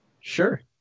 Sure